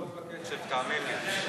לא תעמוד בקצב, תאמין לי.